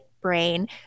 brain